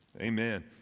Amen